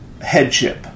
headship